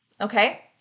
okay